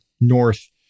North